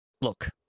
Look